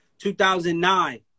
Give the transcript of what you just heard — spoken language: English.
2009